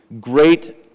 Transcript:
great